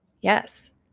Yes